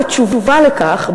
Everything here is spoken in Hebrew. בתשובה על כך,